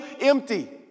empty